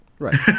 Right